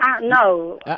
No